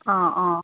অঁ অঁ